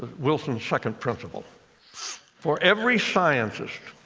wilson's second principle for every scientist,